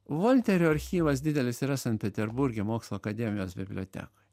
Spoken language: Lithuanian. volterio archyvas didelis yra sankt peterburge mokslų akademijos bibliotekoj